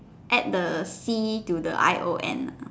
add the C to the I O N